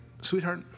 sweetheart